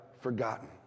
forgotten